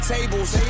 Tables